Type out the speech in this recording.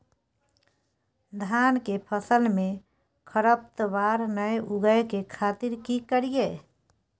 धान के फसल में खरपतवार नय उगय के खातिर की करियै?